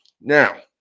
now